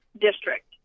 district